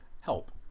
help